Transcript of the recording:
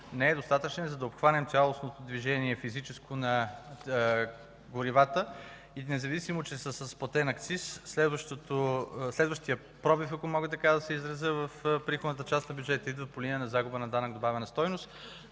не е достатъчен, за да обхванем цялостно физическо движение на горивата. Независимо че са с платен акциз, следващият пробив, ако мога така да се изразя, в приходната част на бюджета, идва по линия на загуба на данък добавена стойност.